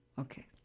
Okay